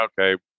okay